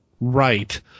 right